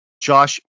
Josh